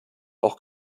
auch